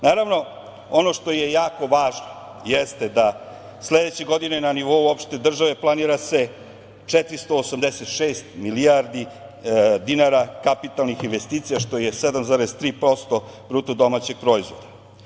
Naravno, ono što je jako važno jeste da sledeće godine na nivou opšte države planira se 485 milijardi dinara kapitalnih investicija, što je 7,3% BDP.